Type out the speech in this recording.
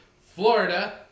Florida